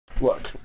look